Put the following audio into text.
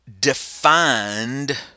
defined